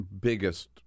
biggest